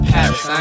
Paris